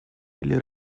или